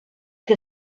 que